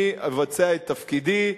אני אבצע את תפקידי,